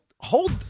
hold